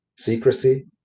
Secrecy